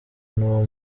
n’uwo